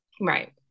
right